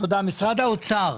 משרד האוצר,